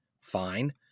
fine